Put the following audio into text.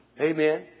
amen